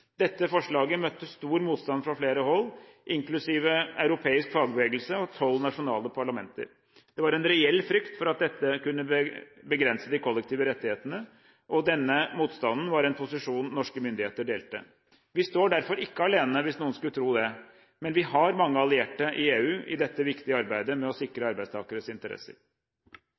Dette forslaget møtte stor motstand fra flere hold, inklusive europeisk fagbevegelse og tolv nasjonale parlamenter. Det var en reell frykt for at dette kunne begrense de kollektive rettighetene. Denne motstanden var en posisjon norske myndigheter delte. Vi står derfor ikke alene, hvis noen skulle tro det, men vi har mange allierte i EU i dette viktige arbeidet med å sikre arbeidstakernes interesser.